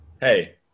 Hey